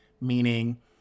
meaning